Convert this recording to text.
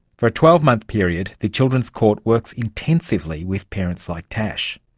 for a twelve month period, the children's court works intensively with parents like tash.